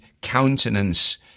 countenance